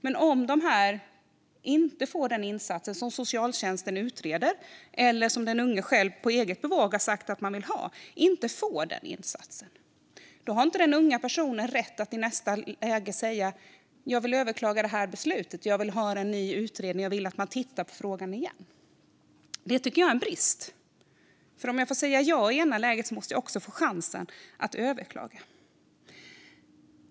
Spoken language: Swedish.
Men om de unga personerna inte får den insats som socialtjänsten utreder eller som de själva på eget bevåg har sagt att de vill ha har de inte rätt att i nästa läge säga att de vill överklaga beslutet eller att de vill ha en ny utredning och man ska titta på frågan igen. Detta tycker jag är en brist. Om man får säga ja i ena läget måste man också få chansen att överklaga.